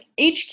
HQ